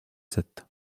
sept